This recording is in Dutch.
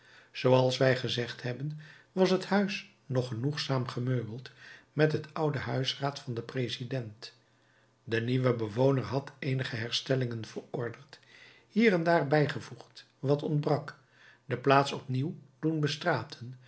zooals wij gezegd hebben was het huis nog genoegzaam gemeubeld met het oude huisraad van den president de nieuwe bewoner had eenige herstellingen verordend hier en daar bijgevoegd wat ontbrak de plaats opnieuw doen bestraten